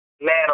Man